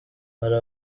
hari